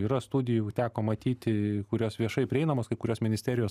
yra studijų teko matyti kurios viešai prieinamos kai kurios ministerijos